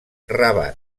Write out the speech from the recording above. rabat